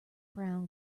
brown